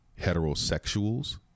heterosexuals